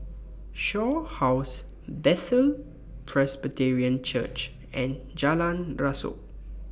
Shaw House Bethel Presbyterian Church and Jalan Rasok